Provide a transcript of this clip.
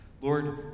Lord